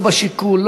לא בשיקול,